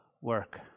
work